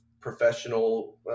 professional